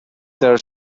there